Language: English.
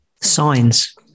Signs